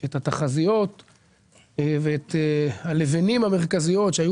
את התחזיות ואת הלבנים המרכזיות שהיה